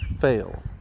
fail